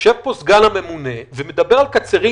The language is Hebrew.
יושב פה סגן הממונה ומדבר על קצרין